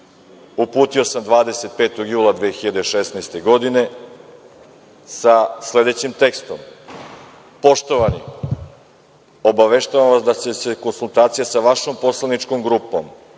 uputio sam 25. jula 2016. godine sa sledećim tekstom - Poštovani, obaveštavam vas da će se konsultacije sa vašom poslaničkom grupom